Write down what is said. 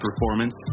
performance